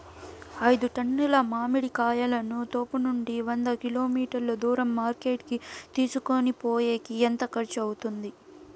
ఐదు టన్నుల మామిడి కాయలను తోపునుండి వంద కిలోమీటర్లు దూరం మార్కెట్ కి తీసుకొనిపోయేకి ఎంత ఖర్చు అవుతుంది?